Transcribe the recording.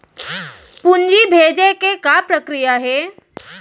पूंजी भेजे के का प्रक्रिया हे?